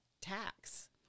Tax